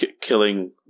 killing